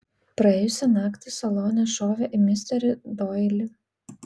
praėjusią naktį salone šovė į misterį doilį